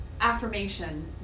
affirmation